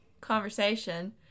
conversation